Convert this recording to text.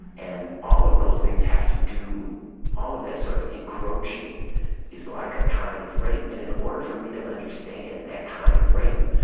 and all of those things have to do all of that sort of encroaching is like a kind of rape. and in order for me to understand that kind of rape,